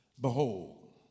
behold